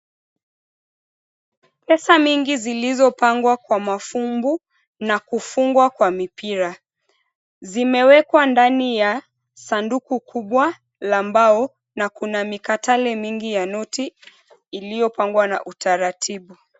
Pesa mingi zilizopangwa kwa mafumbu, na kufungwa kwa mipira zimewekwa ndani ya sanduku kubwa la mbao na kuna mikatale mingi ya noti iliyopangwa na utaratibu.